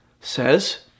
says